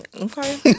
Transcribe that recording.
Okay